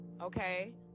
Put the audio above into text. okay